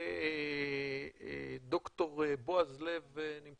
ד"ר בעז לב,